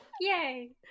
Yay